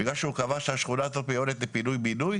בגלל שהוא קבע שהשכונה הזאת מיועדת לפינוי בינוי,